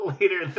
later